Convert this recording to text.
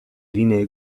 linee